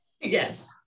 yes